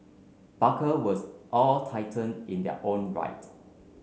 barker was all titan in their own right